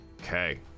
Okay